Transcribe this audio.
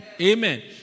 Amen